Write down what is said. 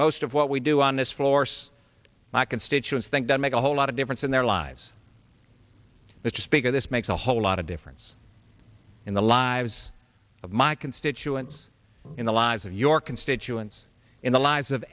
most of what we do on this floor so my constituents think that make a whole lot of difference in their lives mr speaker this makes a whole lot of difference in the lives of my constituents in the lives of your constituents in the lives of